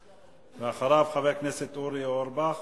ואחריו, חבר הכנסת אורי אורבך.